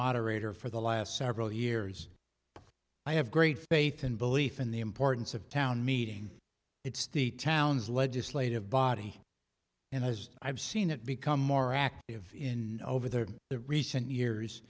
moderator for the last several years i have great faith and belief in the importance of town meeting it's the town's legislative body and as i've seen it become more active in over there in the recent years